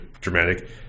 dramatic